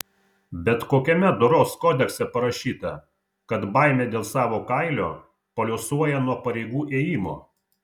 bet kokiame doros kodekse parašyta kad baimė dėl savo kailio paliuosuoja nuo pareigų ėjimo